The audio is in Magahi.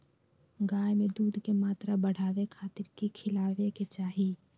गाय में दूध के मात्रा बढ़ावे खातिर कि खिलावे के चाही?